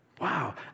wow